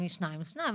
אם שניים, יהיו שניים.